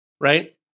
right